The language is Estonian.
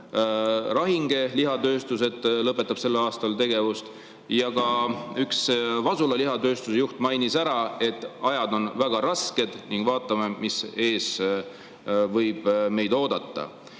Rahinge Lihatööstus, et lõpetab sel aastal tegevuse, ja ka üks Vasula Lihatööstuse juht mainis, et ajad on väga rasked ning vaatame, mis meid ees võib oodata.